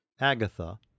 Agatha